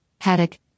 haddock